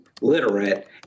literate